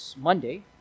Monday